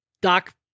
Doc